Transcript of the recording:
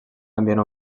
ambient